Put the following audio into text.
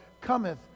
cometh